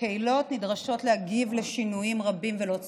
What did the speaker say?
קהילות נדרשות להגיב לשינויים רבים ולא צפויים.